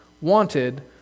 wanted